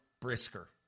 Brisker